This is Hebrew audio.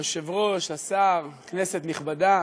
היושב-ראש, השר, כנסת נכבדה,